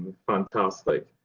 fantastic!